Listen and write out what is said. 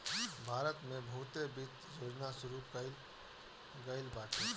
भारत में बहुते वित्त योजना शुरू कईल गईल बाटे